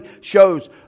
shows